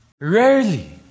Rarely